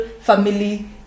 family